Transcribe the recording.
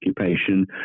occupation